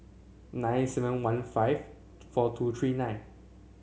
nine seven one five four two three nine